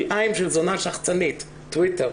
כלאיים של זונה שחצנית" טוויטר.